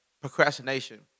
procrastination